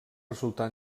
resultar